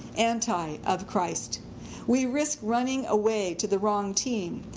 anti-of-christ. we risk running away to the wrong team,